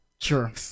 Sure